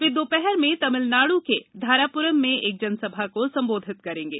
वह दोपहर में तमिलनाडु के धारापुरम में एक जनसभा को संबोधित करेंगे